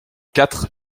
quatre